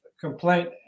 complaint